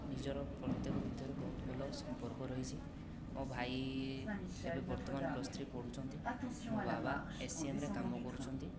ନିଜର ପ୍ରତ୍ୟେକ ଭିତରେ ବହୁତ ଭଲ ସମ୍ପର୍କ ରହିଛି ମୋ' ଭାଇ ଏବେ ବର୍ତ୍ତମାନ ପ୍ଲସ ଥ୍ରୀ ପଢ଼ୁଛନ୍ତି ମୋ' ବାବା ଏସିଏମ୍ରେ କାମ କରୁଛନ୍ତି